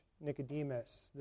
Nicodemus